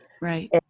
Right